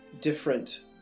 different